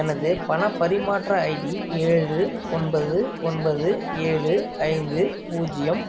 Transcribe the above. எனது பணப் பரிமாற்ற ஐடி ஏழு ஒன்பது ஒன்பது ஏழு ஐந்து பூஜ்ஜியம்